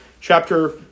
Chapter